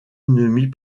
ennemis